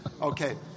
Okay